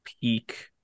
peak